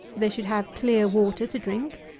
they should have clear water to drink,